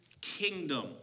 kingdom